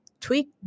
tweak